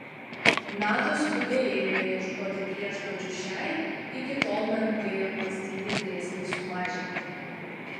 nato skubiai ėmė ieškoti priešnuodžių šiai iki tol menkai apmąstytai grėsmei sumažinti